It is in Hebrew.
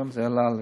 היום זה עלה ל-20.